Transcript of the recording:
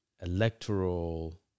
Electoral